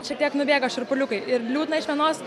šiek tiek nubėga šiurpuliukai ir liūdna iš vienos